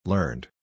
Learned